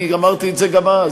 אמרתי את זה גם אז,